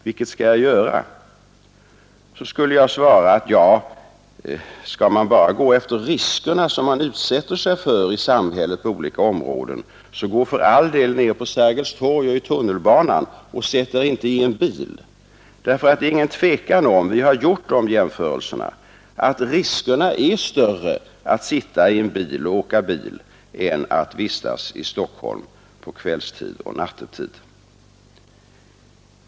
Vilket skall jag göra?” Då skulle jag svara: ”Om man bara skulle ta hänsyn till de risker på olika områden som man utsätter sig för i samhället, så gå för all del ner på Sergels torg och i tunnelbanan, och sätt er inte i en bil.” Det råder nämligen ingen tvekan om — vi har gjort de jämförelserna — att riskerna är större att åka bil än att vistas i Stockholm på kvällstid och nattetid.